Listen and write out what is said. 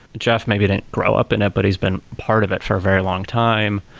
jeff maybe didn't grow up in it, but he's been part of it for a very long time.